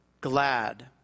glad